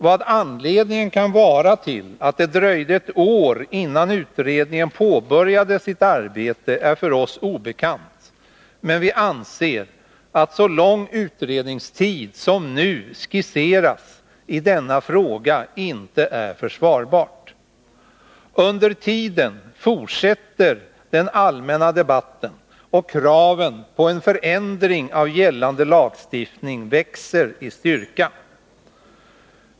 Vad anledningen kan vara till att det dröjde ett år innan utredningen påbörjade sitt arbete är för oss obekant, men vi anser att så lång utredningstid som nu skisseras i denna fråga inte är försvarbar. Under tiden fortsätter den allmänna debatten, och kraven på en förändring av gällande lagstiftning växer i styrka.